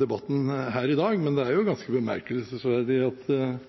debatten her i dag, men det er jo f.eks. ganske bemerkelsesverdig at